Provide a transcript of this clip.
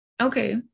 Okay